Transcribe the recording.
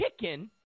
chicken